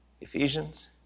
Ephesians